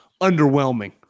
underwhelming